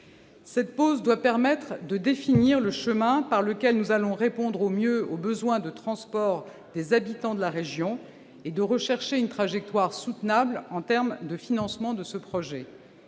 Cette pause doit permettre de définir le chemin par lequel nous allons répondre au mieux aux besoins de transport des habitants de la région, et rechercher une trajectoire soutenable en termes de financement de ce projet.